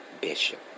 Bishop